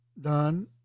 done